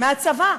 מהצבא,